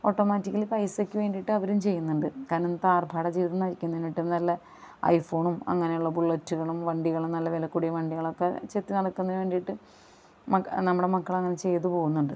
automatically പൈസക്ക് വേണ്ടിയിട്ട് അവരും ചെയ്യുന്നുണ്ട് കാരണം ഇന്നത്തെ ആർഭാടജീവിതം നയിക്കുന്നതിനായിട്ട് നല്ല ഐ ഫോണും അങ്ങനെയുള്ള ബുള്ളറ്റുകളും വണ്ടികളും നല്ല വിലകൂടിയ വണ്ടികളൊക്കെ ചെത്തിനടക്കുന്നതിന് വേണ്ടിയിട്ട് മക്ക നമ്മുടെ മക്കളങ്ങനെ ചെയ്തുപോകുന്നുണ്ട്